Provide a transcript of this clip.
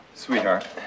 Sweetheart